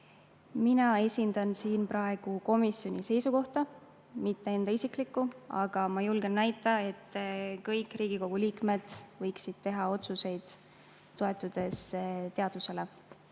Mina esindan siin praegu komisjoni seisukohta, mitte enda isiklikku seisukohta, aga ma julgen väita, et kõik Riigikogu liikmed võiksid teha otsuseid, toetudes teadusele.